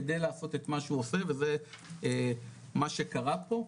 כדי לעשות את מה שהוא עושה וזה מה שקרה פה.